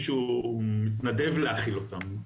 זה לא נובע מכך שמישהו מתנדב להאכיל אותם.